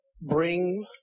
bring